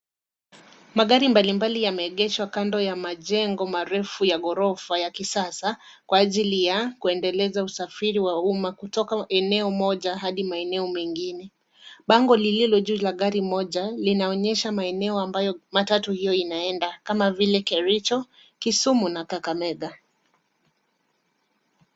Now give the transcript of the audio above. Magari mbalimbali yameegeshwa kando ya majengo marefu ya gorofa ya kisasa, kwa ajili ya kuendeleza usafiri wa umma kutoka eneo moja hadi maeneo mengine. Bango lililo juu la gari moja linaonyesha maeneo ambayo matatu hiyo inaenda kama vile Kericho, Kisumu na Kakamega.